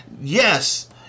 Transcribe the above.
yes